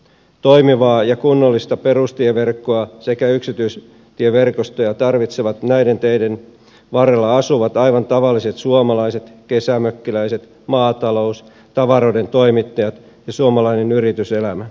toimivaa ja kunnollista perustieverkkoa sekä yksityistieverkostoja tarvitsevat näiden teiden varrella asuvat aivan tavalliset suomalaiset kesämökkiläiset maatalous tavaroiden toimittajat ja suomalainen yrityselämä